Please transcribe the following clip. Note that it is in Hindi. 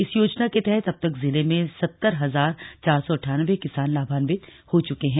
इस योजना के तहत अब तक जिले में सत्तर हजार चार सौ अट्टान्बे किसान लाभान्वित हो चुके हैं